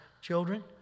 Children